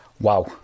Wow